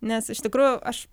nes iš tikrųjų aš